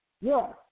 Yes